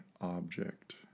object